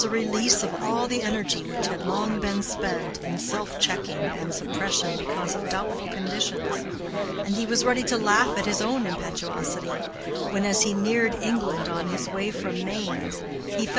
there was a release of all the energy which had long been spent in self-checking and suppression because of doubtful conditions and he was ready to laugh at his own impetuosity when, as he neared england on his way from mainz,